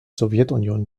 sowjetunion